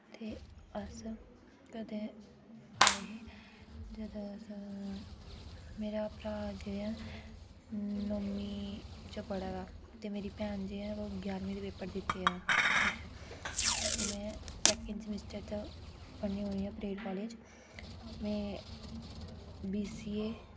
ते अस कदे आये हे जाद मेरा भ्रा जेह्ड़ा नौमी च ते मेरी भैन दे ग्याह्रमी दे पेपर दित्ते ऐ ते में सेकण्ड सीमेस्टर च पढ़नी होन्नी आं परेड कालेज ते मैं बीसीए